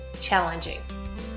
challenging